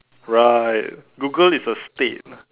right Google is a stain